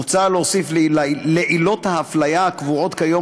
מוצע להוסיף לעילות ההפליה הקבועות כיום